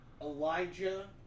Elijah